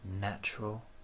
natural